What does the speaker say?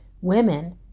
women